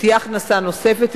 ותהיה הכנסה נוספת.